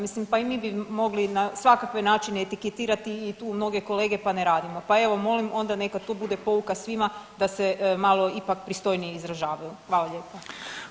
Mislim pa i mi bi mogli na svakakve načine etiketirati i tu mnoge kolege pa ne radimo, pa evo molim onda neka to bude pouka svima da se malo ipak pristojnije izražavaju.